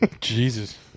Jesus